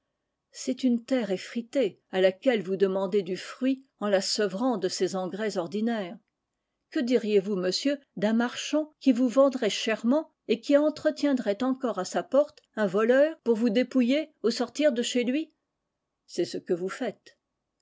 c'est une terre effritée à laquelle vous demandez du fruit en la sevrant de ses engrais ordinaires que diriez-vous monsieur d'un marchand qui vous vendrait chèrement et qui entretiendrait encore à sa porte un voleur pour vous dépouiller au sortir de chez lui c'est ce que vous faites